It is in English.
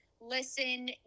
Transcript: listen